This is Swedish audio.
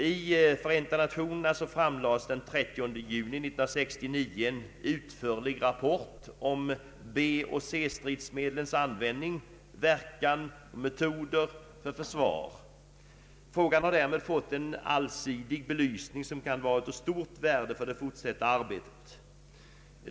I Förenta nationerna framlades den 30 juni 1969 en utförlig rapport om B och C-stridsmedlens användning och verkan samt om metoder för försvar. Frågan har därmed fått en allsidig belysning, som kan vara av stort värde för det fortsatta arbetet.